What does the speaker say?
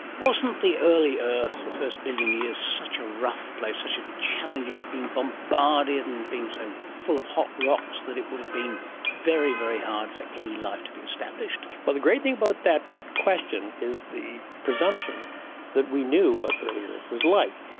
wasn't the early earth, the first billion years, such a rough place, such a challenging place, being bombarded and being so full of hot rocks that it would have been very, very hard for any life to be established? well, the great thing about that question is the presumption that we knew what early earth was like.